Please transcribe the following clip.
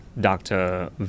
Dr